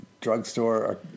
drugstore